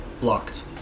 blocked